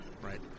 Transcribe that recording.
right